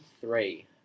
three